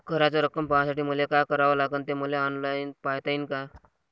कराच रक्कम पाहासाठी मले का करावं लागन, ते मले ऑनलाईन पायता येईन का?